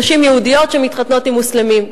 נשים יהודיות שמתחתנות עם מוסלמים.